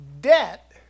Debt